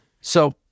So-